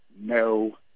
no